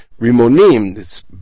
rimonim